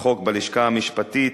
החוק בלשכה המשפטית,